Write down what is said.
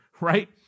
right